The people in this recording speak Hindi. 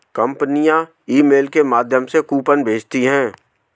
कंपनियां ईमेल के माध्यम से कूपन भेजती है